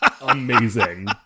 amazing